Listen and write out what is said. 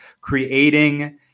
creating